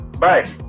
Bye